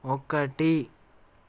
ఒకటి